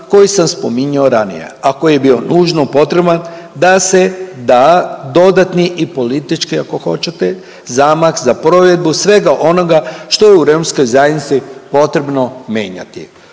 koje sam spominjao ranije, a koji je bio nužno potreban da se da dodatni politički ako hoćete zamah za provedbu svega onoga što je u romskoj zajednici potrebno menjati.